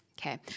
Okay